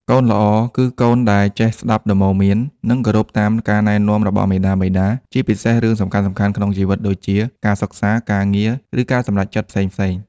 កូនល្អគឺកូនដែលចេះស្ដាប់ដំបូន្មាន និងគោរពតាមការណែនាំរបស់មាតាបិតា ជាពិសេសរឿងសំខាន់ៗក្នុងជីវិតដូចជា ការសិក្សា ការងារ ឬការសម្រេចចិត្តផ្សេងៗ។